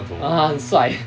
(uh huh) 很帅